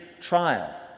trial